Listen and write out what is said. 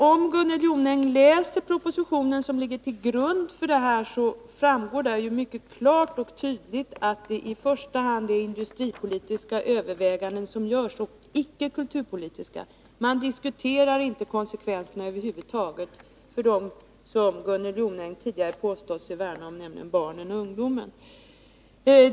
Om Gunnel Jonäng läser den proposition som ligger till grund för betänkandet, kommer hon att finna att det där mycket klart och tydligt framgår att det i första hand är industripolitiska överväganden som görs, icke kulturpolitiska. Man diskuterar över huvud taget inte konsekvenserna för dem som Gunnel Jonäng tidigare påstått sig värna om, nämligen barnen och ungdomarna.